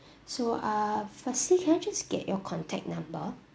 so uh firstly can I just get your contact number